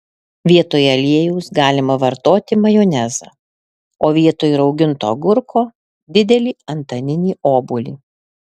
vietoj aliejaus galima vartoti majonezą o vietoj rauginto agurko didelį antaninį obuolį